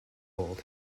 old